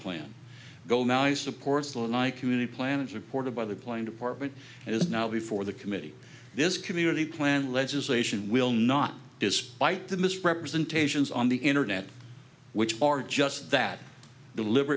plan goal now is supports lanai community planet supported by the plain department is now before the committee this community planned legislation will not despite the misrepresentations on the internet which are just that deliber